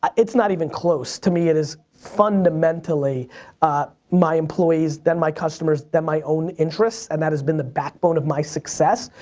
it's not even close. to me it is fundamentally my employees then my customers then my own interests and that has been the backbone of my success.